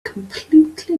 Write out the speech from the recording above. completely